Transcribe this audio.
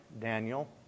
Daniel